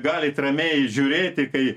galit ramiai žiūrėti kai